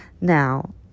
Now